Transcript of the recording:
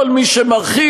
כל מי שמרחיב,